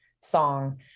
song